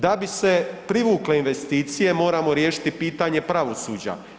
Da bi se privukle investicije moramo riješiti pitanje pravosuđa.